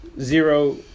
zero